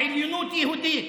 עליונות יהודית.